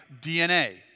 DNA